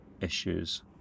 issues